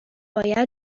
باید